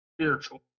spiritual